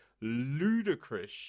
ludicrous